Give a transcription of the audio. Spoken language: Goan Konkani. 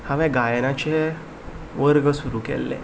हांवें गायनाचें वर्ग सुरू केल्लें